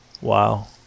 Wow